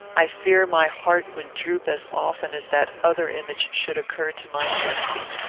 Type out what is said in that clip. i fear my heart would droop as often as that other image should occur to my fancy.